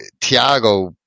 Thiago